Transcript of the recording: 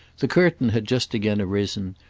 the curtain had just again arisen,